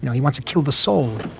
he wants to kill the soul.